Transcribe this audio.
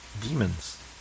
demons